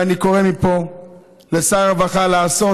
ואני קורא מפה לשר הרווחה לעשות.